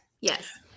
Yes